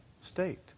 state